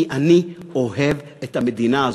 כי אני אוהב את המדינה הזאת.